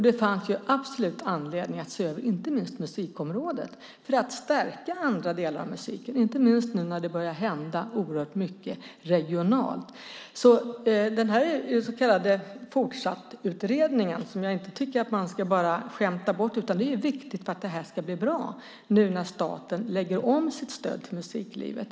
Det fanns absolut anledning att se över musikområdet för att stärka andra delar av musiken, inte minst nu när det börjar hända oerhört mycket regionalt. Den så kallade Fortsattutredningen, som jag inte tycker att man bara ska skämta bort, är viktig för att det här ska bli bra nu när staten lägger om sitt stöd till musiklivet.